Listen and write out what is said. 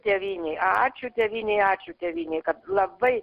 tėvynei ačiū tėvynei ačiū tėvynei kad labai